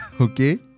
okay